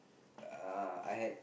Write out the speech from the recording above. uh I had